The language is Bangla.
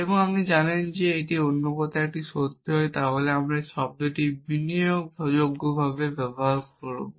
এবং যদি আপনি এটি জানেন এবং বা অন্য কথায় এটি সত্য হয় তাহলে আমরা শব্দটি বিনিময়যোগ্যভাবে ব্যবহার করব